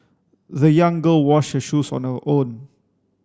the young girl washed her shoes on her own